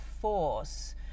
force